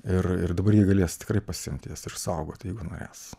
ir ir dabar jie galės tikrai pasiimt jas išsaugot jeigu norės